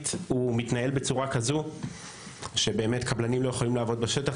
מתנהל בצורה כזו שבאמת קבלנים לא יכולים לעבוד בשטח.